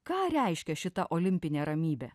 ką reiškia šita olimpinė ramybė